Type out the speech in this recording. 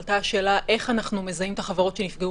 איך אנחנו מזהים את החברות שנפגעו